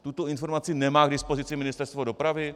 Tuto informaci nemá k dispozici Ministerstvo dopravy?